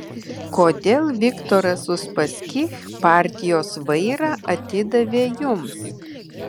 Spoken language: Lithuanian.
kodėl viktoras uspaskich partijos vairą atidavė jums